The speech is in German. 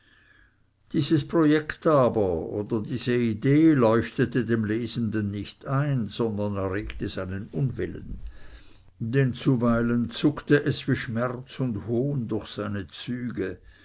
dies projekt aber oder diese idee leuchtete dem lesenden nicht ein sondern erregte seinen unwillen denn zuweilen zuckte es wie schmerz und hohn durch seine züge